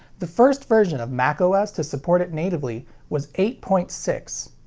the first version of macos to support it natively was eight point six.